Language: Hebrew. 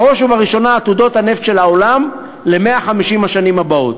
בראש ובראשונה עתודות הנפט של העולם ל-150 השנים הבאות.